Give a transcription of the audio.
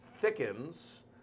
thickens